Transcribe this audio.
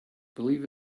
believe